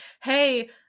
hey